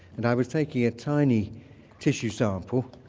and i was taking a tiny tissue sample.